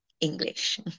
english